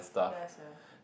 ya sia